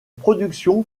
productions